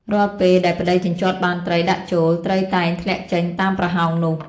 រាល់ពេលដែលប្តីជញ្ជាត់បានត្រីដាក់ចូល ត្រីតែងធ្លាក់ចេញតាមប្រហោងនោះ។